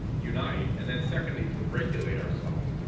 unite, and then secondly, to regulate ourselves.